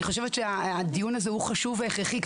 אני חושבת שהדיון הזה הוא חשוב והכרחי.